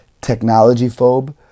technology-phobe